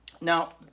Now